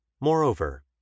Moreover